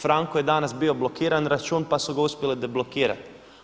Franku je danas bio blokiran račun pa su ga uspjele deblokirati.